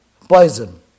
poison